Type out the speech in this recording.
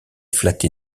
flatté